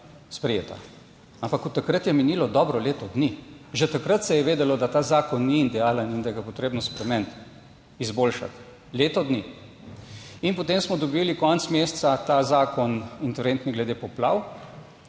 sprejeta, ampak od takrat je minilo dobro leto dni. Že takrat se je vedelo, da ta zakon ni idealen in da ga je potrebno spremeniti, izboljšati leto dni. In potem smo dobili konec meseca ta zakon, interventni, glede poplav,